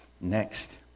Next